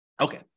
okay